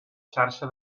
xarxa